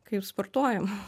kaip sportuojam